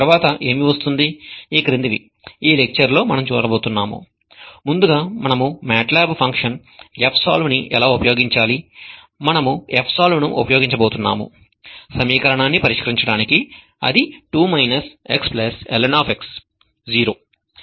తరువాత ఏమి వస్తుంది ఈ క్రిందివి ఈ లెక్చర్ లో మనము చూడబోతున్నాం ముందుగా మనము MATLAB ఫంక్షన్ fsolve ని ఎలా ఉపయోగించాలి మనము fsolve ను ఉపయోగించబోతున్నాము సమీకరణాన్ని పరిష్కరించడానికి అది 2 xln 0